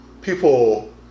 people